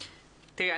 תראי,